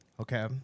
okay